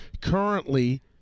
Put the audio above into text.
currently